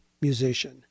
musician